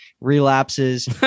relapses